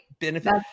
benefit